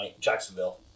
Jacksonville